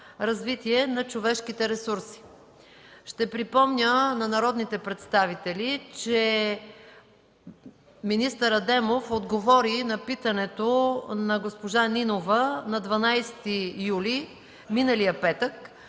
на човешките ресурси”. Ще припомня на народните представители, че министър Адемов отговори на питането на госпожа Нинова на 12 юли 2013 г., миналия петък.